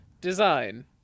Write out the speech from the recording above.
design